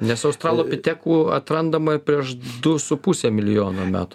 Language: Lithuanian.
nes australopitekų atrandama ir prieš du su puse milijono metų